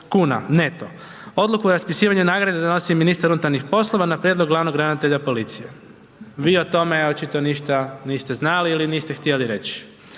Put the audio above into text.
kuna neto. Odluku o raspisivanju nagrade donosi ministar MUP-a na prijedlog glavnog ravnatelja policije. Vi o tome očito ništa niste znali ili niste htjeli reći.